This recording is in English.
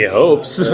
hopes